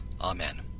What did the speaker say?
Amen